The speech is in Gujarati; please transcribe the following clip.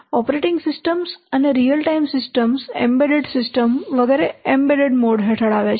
ઓપરેટિંગ સિસ્ટમ્સ અને real time systems embedded systems વગેરે એમ્બેડેડ મોડ હેઠળ આવે છે